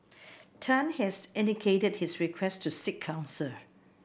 Tan has indicated his request to seek counsel